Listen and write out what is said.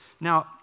Now